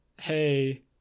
hey